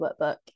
workbook